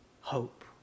hope